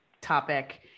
topic